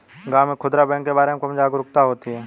गांव में खूदरा बैंक के बारे में कम जागरूकता होती है